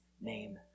name